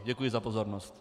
Děkuji za pozornost.